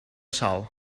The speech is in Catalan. sal